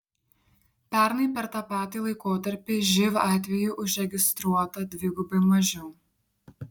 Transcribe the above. pernai per tą patį laikotarpį živ atvejų užregistruota dvigubai mažiau